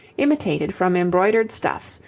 imitated from embroidered stuffs,